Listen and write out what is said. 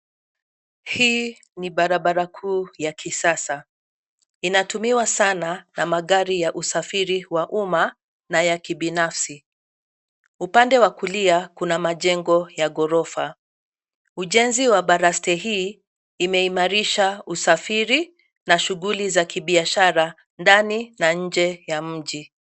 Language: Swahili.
Hii ni barabara kuu ya kisasa inatumiwa sana na magari ya usafiri wa umma na ya kibinafsi. Upande wa kulia kuna majengo ya ghorofa. Ujenzi wa baraste hii imeimarisha usafiri na shughuli za kibiashara ndani na nje ya mji.